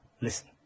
listen